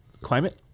climate